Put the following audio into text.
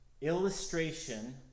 illustration